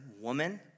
woman